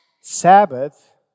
Sabbath